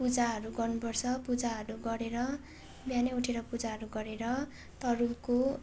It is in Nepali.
पूजाहरू गर्नुपर्छ पूजाहरू गरेर बिहानै उठेर पूजाहरू गरेर तरुलको